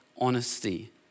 honesty